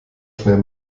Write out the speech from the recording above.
schnell